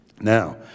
Now